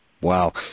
Wow